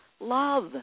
Love